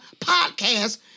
podcast